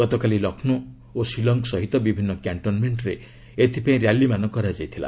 ଗତକାଲି ଲକ୍ଷ୍ମୌ ଓ ଶିଲଙ୍ଗ୍ ସହିତ ବିଭିନ୍ନ କ୍ୟାଣ୍ଟନମେଣ୍ଟରେ ଏଥିପାଇଁ ର୍ୟାଲିମାନ କରାଯାଇଥିଲା